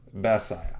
Bassiah